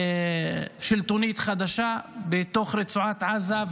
שלטונית חדשה בתוך רצועת עזה,